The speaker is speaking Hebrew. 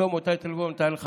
שלמה טייטלבאום ונתנאל חייק.